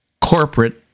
corporate